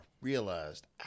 realized